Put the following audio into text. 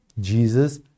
Jesus